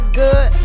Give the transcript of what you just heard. good